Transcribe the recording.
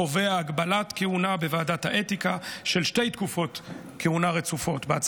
קובע הגבלת כהונה של שתי תקופות כהונה רצופות בוועדת האתיקה.